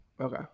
Okay